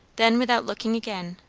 then, without looking again,